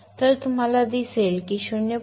तर तुम्हाला दिसेल की ते 0